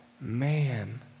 Man